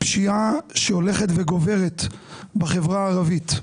הפשיעה שהולכת וגוברת בחברה הערבית.